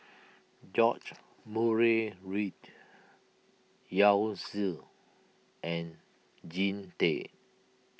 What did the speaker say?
George Murray Reith Yao Zi and Jean Tay